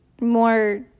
more